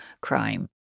crime